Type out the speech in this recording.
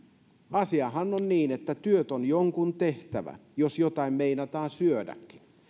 asiahan on niin että työt on jonkun tehtävä jos jotain meinataan syödäkin